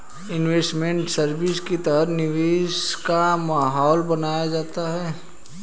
investment service के तहत निवेश का माहौल बनाया जाता है